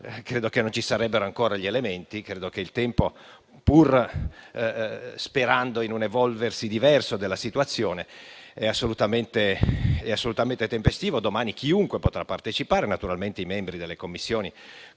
credo che non ci sarebbero ancora elementi. Pur sperando in un evolversi diverso della situazione, l'intervento è assolutamente tempestivo. Domani chiunque potrà partecipare, naturalmente i membri delle Commissioni